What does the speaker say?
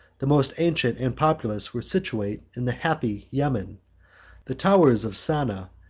the most ancient and populous were situate in the happy yemen the towers of saana,